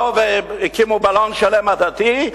באו והקימו בלון שלם עדתי,